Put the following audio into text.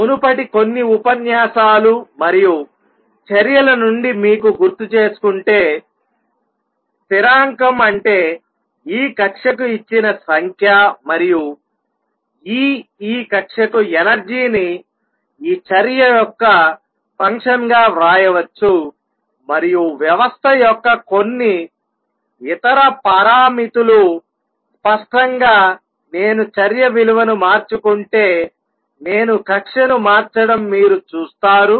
మునుపటి కొన్ని ఉపన్యాసాలు మరియు చర్యల నుండి మీరు గుర్తుచేసుకుంటే స్థిరాంకం అంటే ఈ కక్ష్యకు ఇచ్చిన సంఖ్య మరియు E ఈ కక్ష్యకు ఎనర్జీ ని ఈ చర్య యొక్క ఫంక్షన్ గా వ్రాయవచ్చు మరియు వ్యవస్థ యొక్క కొన్ని ఇతర పారామితులుస్పష్టంగా నేను చర్య విలువను మార్చుకుంటే నేను కక్ష్యను మార్చడం మీరు చూస్తారు